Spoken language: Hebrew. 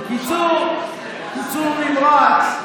בקיצור נמרץ,